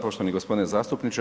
Poštovani gospodine zastupniče.